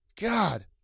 God